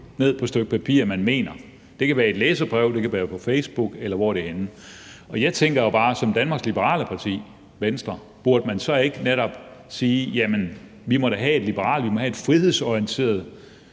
ned på et stykke papir. Det kan være i et læserbrev, det kan være på Facebook, eller hvor det er henne. Jeg tænker jo bare, at som Danmarks Liberale Parti, Venstre, burde man så ikke netop sige, at man da må have et liberalt, frihedsorienteret